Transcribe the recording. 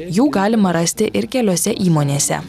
jų galima rasti ir keliose įmonėse